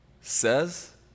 says